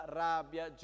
rabbia